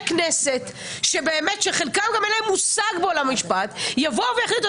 כנסת שבאמת לחלקם גם אין מושג בעולם המשפט יבואו ויחליטו